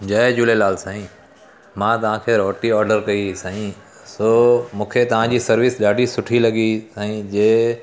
जय झूलेलाल साईं मां तव्हांखे रोटी ऑडर कई हुई साईं सो मूंखे तव्हांजी सर्विस ॾाढी सुठी लॻी साईं जे